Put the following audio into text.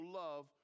love